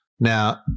Now